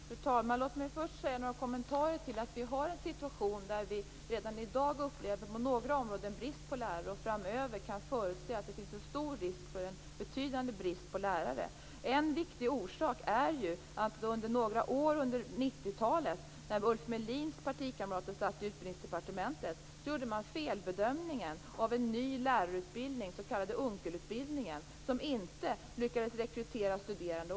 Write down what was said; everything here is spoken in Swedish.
Fru talman! Låt mig först ge några kommentarer till situationen där vi redan i dag på några områden upplever brist på lärare. Vi kan förutse att det framöver finns en stor risk för betydande brist på lärare. En viktig orsak är att man under några år under 90 talet, när Ulf Melins partikamrater satt i Utbildningsdepartementet, gjorde en felbedömning av en ny lärarutbildning, den s.k. Unckelutbildningen, som inte lyckades rekrytera studerande.